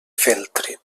feltre